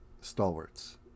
stalwarts